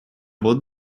вот